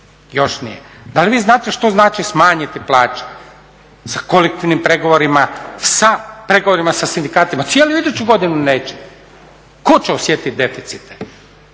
Još nije. Da li vi znate što znači smanjiti plaće sa kolektivnim pregovorima, sa pregovorima sa sindikatima? Cijelu iduću godinu neće. Tko će osjetit deficite?